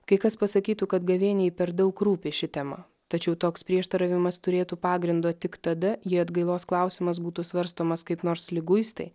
kai kas pasakytų kad gavėniai per daug rūpi ši tema tačiau toks prieštaravimas turėtų pagrindo tik tada ji atgailos klausimas būtų svarstomas kaip nors liguistai